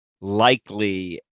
likely